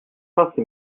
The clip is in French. partie